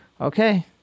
okay